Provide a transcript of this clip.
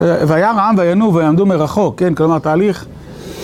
וירא העם וינועו ויעמדו מרחוק, כן כלומר תהליך